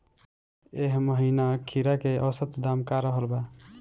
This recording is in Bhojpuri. एह महीना खीरा के औसत दाम का रहल बा?